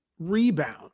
Rebound